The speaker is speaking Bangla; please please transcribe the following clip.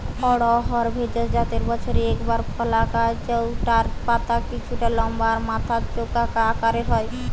অড়হর ভেষজ জাতের বছরে একবার ফলা গাছ জউটার পাতা কিছুটা লম্বা আর মাথা চোখা আকারের হয়